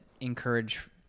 encourage